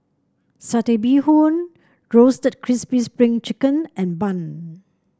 Satay Bee Hoon Roasted Crispy Spring Chicken and bun